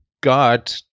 God